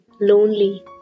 Lonely